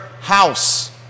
house